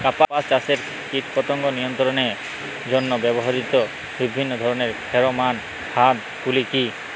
কাপাস চাষে কীটপতঙ্গ নিয়ন্ত্রণের জন্য ব্যবহৃত বিভিন্ন ধরণের ফেরোমোন ফাঁদ গুলি কী?